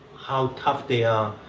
how tough they are,